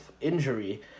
injury